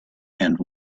and